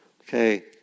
Okay